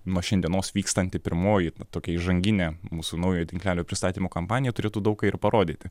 nuo šiandienos vykstanti pirmoji na tokia įžanginė mūsų naujojo tinklelio pristatymo kampanija turėtų daug ką ir parodyti